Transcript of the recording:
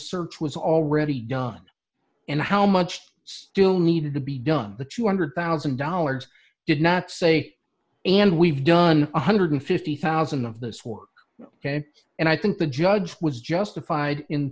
search was already done and how much still needed to be done the two hundred thousand dollars did not say and we've done one hundred and fifty thousand dollars of those four and i think the judge was justified in